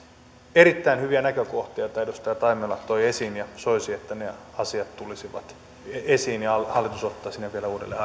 erittäin hyviä näkökohtia edustaja taimela toi esiin ja soisi että ne asiat tulisivat esiin ja hallitus ottaisi ne vielä uudelleen